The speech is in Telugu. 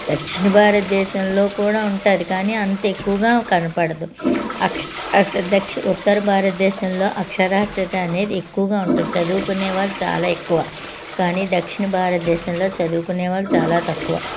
దక్షిణ భారతదేశంలో కూడా ఉంటుంది కానీ అంత ఎక్కువగా కనబడదు అసలు దక్షి ఉత్తర భారతదేశంలో అక్షరాస్యత అనేది ఎక్కువగా ఉంటుంది చదువుకునే వాళ్ళు చాలా ఎక్కువ కానీ దక్షిణ భారతదేశంలో చదువుకునే వాళ్ళు చాలా తక్కువ